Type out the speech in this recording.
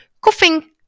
coughing